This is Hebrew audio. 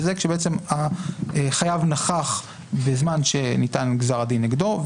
וזה כשהחייב נכח בזמן שניתן גזר הדין נגדו,